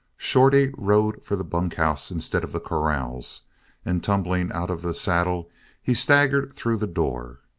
shorty rode for the bunkhouse instead of the corrals and tumbling out of the saddle he staggered through the door.